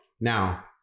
Now